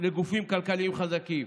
לגופים כלכליים חזקים,